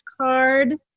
card